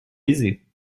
aisée